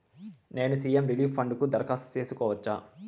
నేను CM relief fund కు దరఖాస్తు సేసుకోవచ్చా?